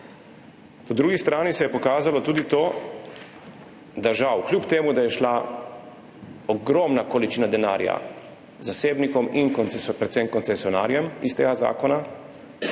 Po drugi strani se je pokazalo tudi to, da žal, kljub temu da je šla ogromna količina denarja zasebnikom in predvsem koncesionarjem iz tega zakona,